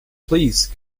please